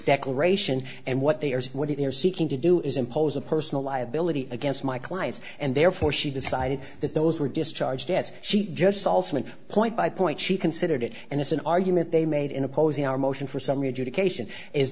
declaration and what they are what they are seeking to do is impose a personal liability against my clients and therefore she decided that those were discharged debts she just salsman point by point she considered it and it's an argument they made in opposing our motion for s